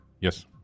Yes